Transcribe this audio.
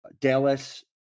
Dallas